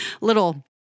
little